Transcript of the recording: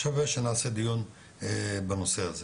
שווה שנעשה דיון בנושא הזה.